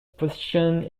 position